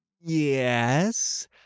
Yes